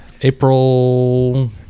April